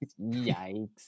Yikes